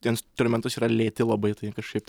instrumentus yra lėti labai tai kažkaip tai